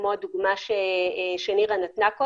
כמו הדוגמה שנירה נתנה.